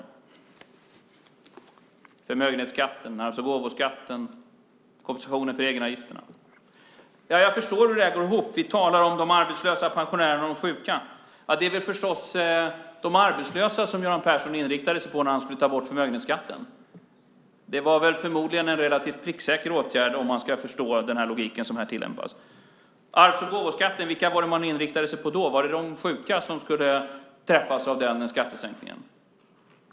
Det handlar om förmögenhetsskatten, gåvoskatten och kompensationen för egenavgifterna. Jag förstår hur det går ihop. Vi talar om de arbetslösa, pensionärerna och de sjuka. Det var väl förstås de arbetslösa som Göran Persson inriktade sig på när han skulle ta bort förmögenhetsskatten. Det var väl förmodligen en relativt pricksäker åtgärd om man ska förstå den logik som här tillämpas. När det gäller arvs och gåvoskatten, vilka var det man inriktade sig på då? Var det de sjuka som skulle träffas av den skattesänkningen?